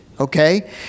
okay